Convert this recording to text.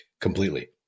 completely